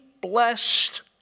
blessed